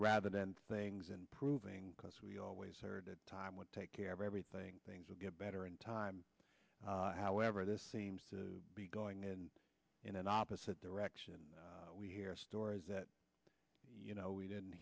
rather than things and proving because we always heard that time would take care of everything things will get better in time however this seems to be going in in an opposite direction and we hear stories that you know we didn't